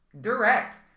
direct